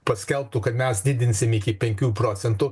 paskelbtų kad mes didinsim iki penkių procentų